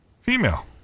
Female